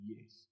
Yes